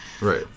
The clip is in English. right